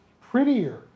prettier